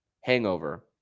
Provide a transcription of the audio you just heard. hangover